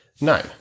No